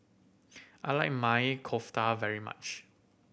I like Maili Kofta very much